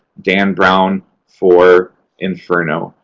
dan brown for inferno.